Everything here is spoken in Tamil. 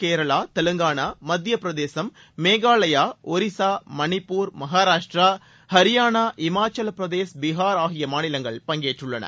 கேரளா தெலங்கானா மத்தியப்பிரதேசம் மேகாலயா ஒரிசா மணிப்பூர் மகாராஷ்ட்ரா ஹரியானா இமாச்சவ்பிரதேஷ் பீகார் ஆகிய மாநிலங்கள் பங்கேற்றுள்ளன